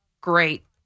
great